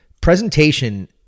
presentation